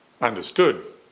understood